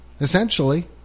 essentially